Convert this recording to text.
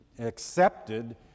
Accepted